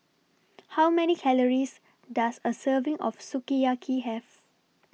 How Many Calories Does A Serving of Sukiyaki Have